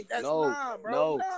no